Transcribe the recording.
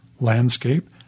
landscape